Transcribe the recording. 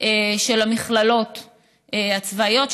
של המכללות הצבאיות,